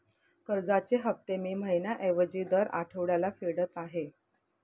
कर्जाचे हफ्ते मी महिन्या ऐवजी दर आठवड्याला फेडत आहे